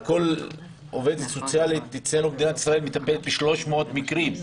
כל עובדת סוציאלית בישראל מטפלת ב-300 מקרים,